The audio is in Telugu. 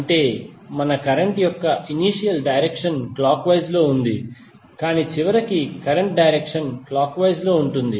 అంటే మన కరెంట్ యొక్క ఇనీషియల్ డైరెక్షన్ క్లాక్ వైజ్ లో ఉంది కాని చివరికి కరెంట్ డైరెక్షన్ క్లాక్ వైజ్ లో ఉంటుంది